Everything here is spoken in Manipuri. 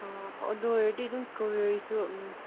ꯑꯥ ꯑꯗꯨ ꯑꯣꯏꯔꯗꯤ ꯑꯗꯨꯝ ꯏꯁꯇ꯭ꯔꯣꯕꯦꯔꯤꯁꯨ ꯎꯝ